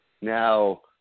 Now